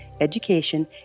education